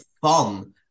fun